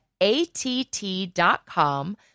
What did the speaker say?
att.com